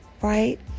right